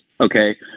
okay